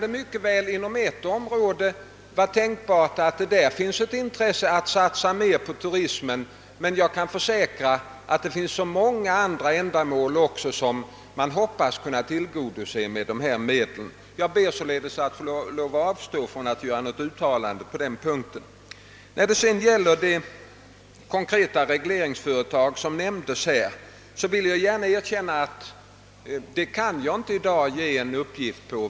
Det är mycket väl tänkbart att det inom ett område finns intresse av att satsa mer på turismen, men det finns också så många andra ändamål som man hoppas kunna tillgodose med dessa medel. Jag ber således att få avstå från att göra något uttalande på denna punkt. I fråga om de konkreta regleringsföretag som nämndes erkänner jag att jag inte nu kan lämna någon uppgift.